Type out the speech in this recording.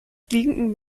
fliegenden